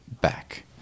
back